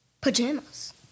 Pajamas